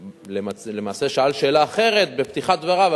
שלמעשה שאל שאלה אחרת בפתיחת דבריו,